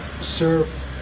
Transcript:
serve